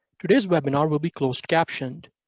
today's webinar will be closed captioned.